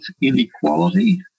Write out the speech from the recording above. inequality